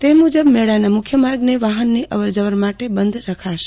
તે મુજબ મેળાના મુખ્ય માર્ગને વાહનની અવરજવર માટે બંધ રખાશે